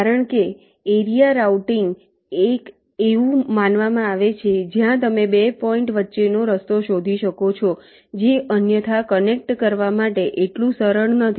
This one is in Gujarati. કારણ કે એરિયા રાઉટીંગ એક એવું માનવામાં આવે છે જ્યાં તમે 2 પોઈન્ટ વચ્ચેનો રસ્તો શોધી શકો છો જે અન્યથા કનેક્ટ કરવા માટે એટલું સરળ નથી